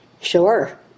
Sure